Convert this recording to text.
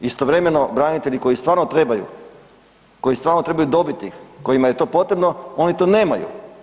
Istovremeno branitelji koji stvarno trebaju, koji stvarno trebaju dobiti ih, kojima je to potrebo, oni to nemaju.